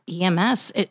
EMS